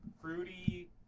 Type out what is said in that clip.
fruity